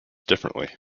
differently